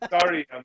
sorry